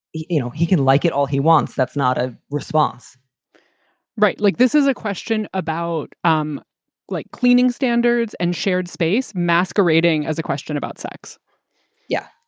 you know, he can like it all he wants. that's not a response right. like, this is a question about um like cleaning standards and shared space masquerading as a question about sex yeah,